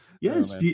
Yes